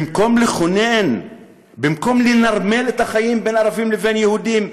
במקום לכונן במקום לנרמל את החיים בין ערבים ליהודים,